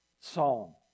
psalm